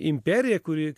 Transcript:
imperija kuri